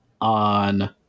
on